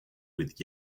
with